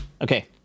okay